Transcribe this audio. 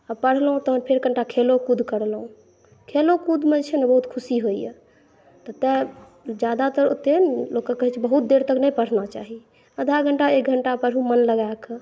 आ पढलहुॅं तहन फेर कनीटा खेलोकूद करलहुॅं खेलो कूदमे जे छै ने बहुत खुशी होइए तऽ तैं ज्यादातर ओते लोकके कहै छै बहुत देर तक नहि पढ़ना चाही आधा घंटा एक घंटा पढू मोन लगाए कऽ